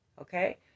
Okay